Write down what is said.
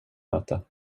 möte